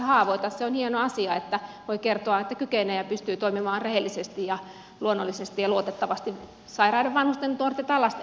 se on hieno asia että voi kertoa että kykenee ja pystyy toimimaan rehellisesti ja luonnollisesti ja luotettavasti sairaiden vanhusten nuorten tai lasten parissa